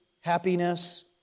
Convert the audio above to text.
happiness